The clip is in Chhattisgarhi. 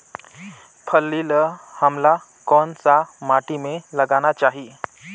फल्ली ल हमला कौन सा माटी मे लगाना चाही?